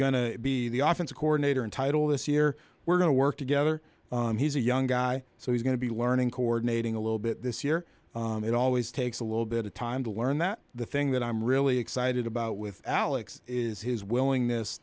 to be the office coordinator in title this year we're going to work together he's a young guy so he's going to be learning coordinating a little bit this year it always takes a little bit of time to learn that the thing that i'm really excited about with alex is his willingness